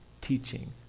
teaching